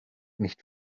nicht